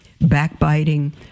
backbiting